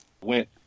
went